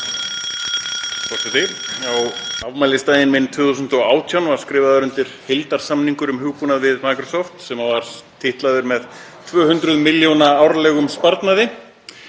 afmælisdaginn minn 2018 var skrifað undir heildarsamning um hugbúnað við Microsoft sem var réttlættur með 200 milljóna árlegum sparnaði.